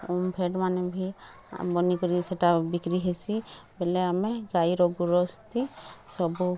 ଓମ୍ଫୋଡ଼୍ମାନେ ଭି ବନି କରି ସେଟା ବିକ୍ରି ହେସି ବୋଲେ ଆମେ ଗାଈର ଗୋରସ୍ ଥି ସବୁ